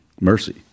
mercy